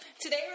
today